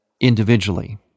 individually